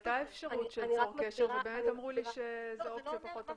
עלתה אפשרות של "צור קשר" ואמרו שזו אופציה פחות טובה.